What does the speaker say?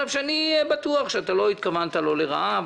על אף שאני בטוח שאתה לא התכוונת לא לרעה,